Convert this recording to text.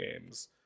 games